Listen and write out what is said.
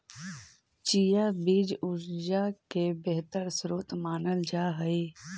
chia बीज ऊर्जा के बेहतर स्रोत मानल जा हई